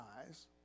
eyes